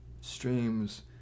streams